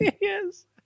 Yes